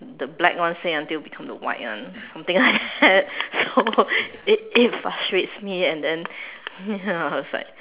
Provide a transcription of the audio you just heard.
the black one say until become the white one something like that so it it frustrates me and then ya I was like